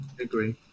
Agree